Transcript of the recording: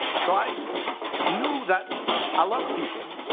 so i knew that i loved people.